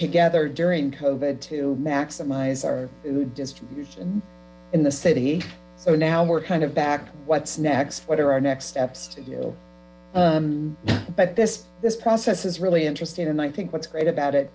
together during covered to maximize food distribution in the city so now we're knd o back what's next what are our next steps to do but this this process is really interesting and i think what's great about it